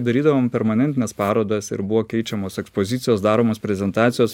darydavom permanentines parodas ir buvo keičiamos ekspozicijos daromos prezentacijos